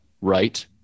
right